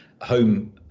Home